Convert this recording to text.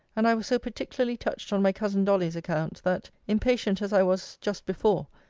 and i was so particularly touched on my cousin dolly's account, that, impatient as i was just before,